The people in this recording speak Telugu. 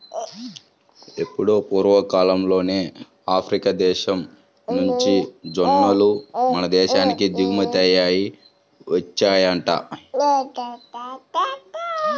ఎప్పుడో పూర్వకాలంలోనే ఆఫ్రికా దేశం నుంచి జొన్నలు మన దేశానికి దిగుమతయ్యి వచ్చాయంట